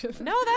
no